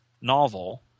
novel –